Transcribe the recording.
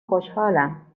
خوشحالم